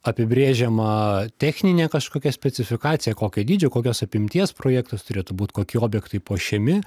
apibrėžiama techninė kažkokia specifikacija kokio dydžio kokios apimties projektas turėtų būt kokie objektai puošiami